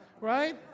right